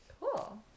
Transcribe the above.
Cool